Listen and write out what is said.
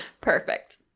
Perfect